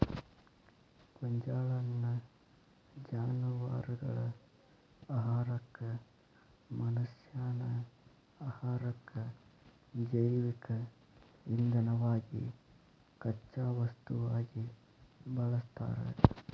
ಗೋಂಜಾಳನ್ನ ಜಾನವಾರಗಳ ಆಹಾರಕ್ಕ, ಮನಷ್ಯಾನ ಆಹಾರಕ್ಕ, ಜೈವಿಕ ಇಂಧನವಾಗಿ ಕಚ್ಚಾ ವಸ್ತುವಾಗಿ ಬಳಸ್ತಾರ